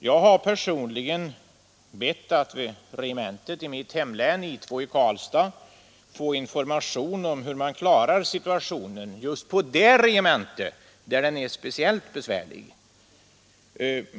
Jag har personligen bett att från regementet i mitt hemlän, I 2 i Karlstad, få information om hur man klarar situationen just på det regementet, som är speciellt besvärlig.